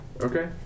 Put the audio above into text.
Okay